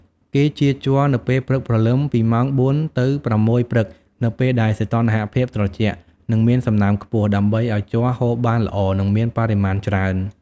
គេចៀរជ័រនៅពេលព្រឹកព្រលឹមពីម៉ោង ៤ ទៅ ៦ ព្រឹក នៅពេលដែលសីតុណ្ហភាពត្រជាក់ និងមានសំណើមខ្ពស់ ដើម្បីឱ្យជ័រហូរបានល្អ និងមានបរិមាណច្រើន។